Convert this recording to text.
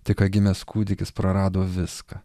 tik ką gimęs kūdikis prarado viską